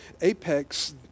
Apex